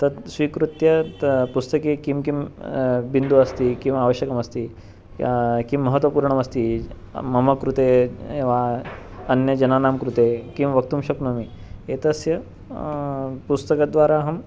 तत् स्वीकृत्य तत् पुस्तके किं किं बिन्दु अस्ति किम् आवश्यकमस्ति किं महत्वपूर्णमस्ति मम कृते वा अन्यजनानां कृते किं वक्तुं शक्नोमि एतस्य पुस्तकद्वारा अहं